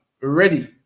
ready